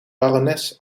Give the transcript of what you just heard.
barones